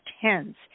tens